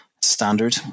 standard